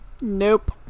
nope